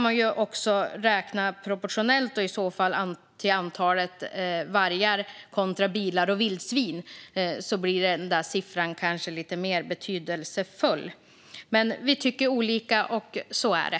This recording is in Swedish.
Man kan räkna proportionellt antalet vargar kontra antalet bilar och vildsvin, så blir siffran kanske lite mer betydelsefull. Men vi tycker olika - så är det.